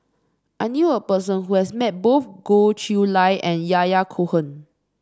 I knew a person who has met both Goh Chiew Lye and Yahya Cohen